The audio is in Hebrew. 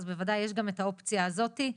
אז יש גם את האופציה הזאתי.